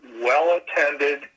well-attended